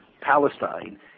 Palestine